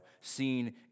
seen